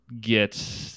get